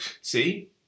see